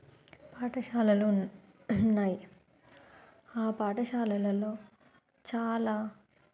పాఠశాలలు ఉన్నాయి ఆ పాఠశాలలో చాలా